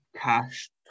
Cash